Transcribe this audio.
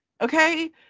Okay